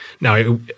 Now